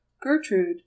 gertrude